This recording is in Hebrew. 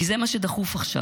כי זה מה שדחוף עכשיו.